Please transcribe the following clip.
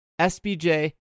sbj